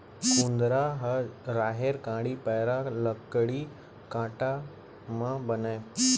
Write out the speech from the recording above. कुंदरा ह राहेर कांड़ी, पैरा, लकड़ी फाटा म बनय